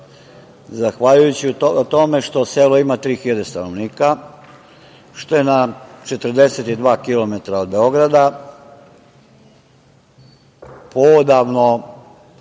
zahvaljujući tome što selo ima 3.000 stanovnika, što je na 42 kilometara od Beograda, poodavno